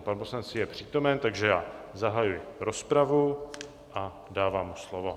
Pan poslanec je přítomen, takže zahajuji rozpravu a dávám mu slovo.